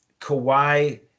Kawhi